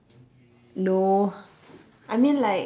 no I mean like